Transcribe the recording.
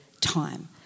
time